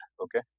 Okay